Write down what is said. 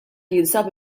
jinsab